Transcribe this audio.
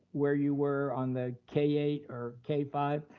where you were on the k eight or k five,